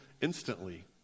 instantly